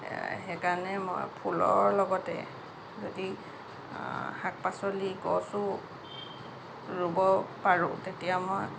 সেইকাৰণে মই ফুলৰ লগতে যদি শাক পাচলি গছো ৰুব পাৰোঁ তেতিয়া মই